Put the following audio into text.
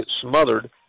smothered